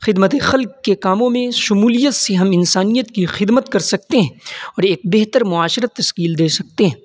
خدمت خلق کے کاموں میں شمولیت سے ہم انسانیت کی خدمت کر سکتے ہیں اور ایک بہتر معاشرہ تشکیل دے سکتے ہیں